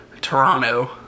Toronto